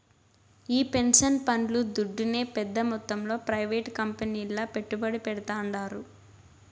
ఈ పెన్సన్ పండ్లు దుడ్డునే పెద్ద మొత్తంలో ప్రైవేట్ కంపెనీల్ల పెట్టుబడి పెడ్తాండారు